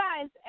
guys